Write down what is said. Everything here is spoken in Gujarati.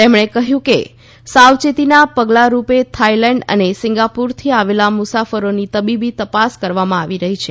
તેમણે કહ્યું કે સાવયેતીના પગલારૂપે થાઇલેન્ડ અને સિંગાપુરથી આવેલા મુસાફરોની તબીબી તપાસ કરવામાં આવી રહી છે